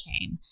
came